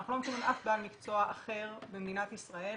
אנחנו לא מכירים אף בעל מקצוע אחר במדינת ישראל